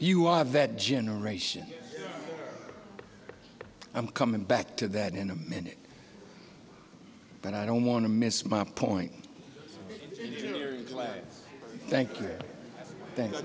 you are vet generation i'm coming back to that in a minute but i don't want to miss my point thank you thank